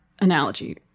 analogy